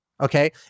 Okay